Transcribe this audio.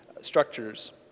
structures